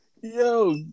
Yo